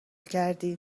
کردی